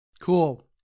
Cool